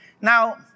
Now